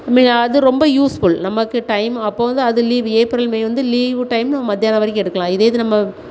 முன்ன அது ரொம்ப யூஸ்ஃபுல் நமக்கு டைமு அப்போது வந்து அது லீவ் ஏப்ரல் மே வந்து லீவு டைமில் மத்தியானம் வரைக்கும் எடுக்கலாம் இதே இது நம்ம